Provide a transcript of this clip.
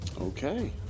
Okay